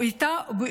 לא, אנחנו פסיכים.